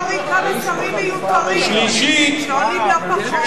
אולי להוריד כמה שרים מיותרים, שעולים לא פחות.